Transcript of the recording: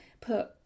put